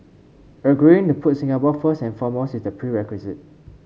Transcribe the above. agreeing to put Singapore first and foremost is the prerequisite